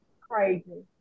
crazy